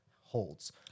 holds